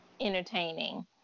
entertaining